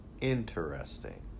interesting